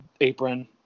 apron